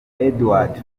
edouard